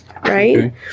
Right